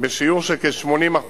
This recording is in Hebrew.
בשיעור של כ-80%.